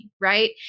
right